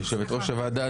יושבת ראש הוועדה,